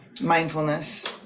mindfulness